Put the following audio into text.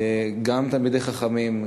גם תלמידי חכמים,